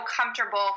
comfortable